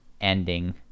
ending